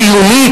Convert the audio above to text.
חיונית,